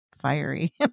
fiery